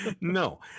No